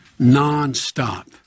nonstop